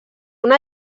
una